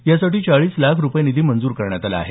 यासाठी चाळीस लाख रुपये इतका निधी मंजूर करण्यात आला आहे